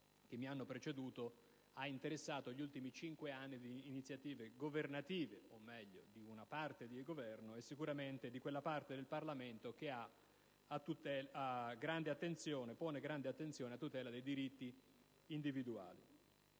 che mi hanno preceduto - ha interessato gli ultimi cinque anni di iniziative governative, o meglio di una parte del Governo, e sicuramente di quella parte del Parlamento che pone grande attenzione alla tutela dei diritti individuali.